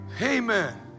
Amen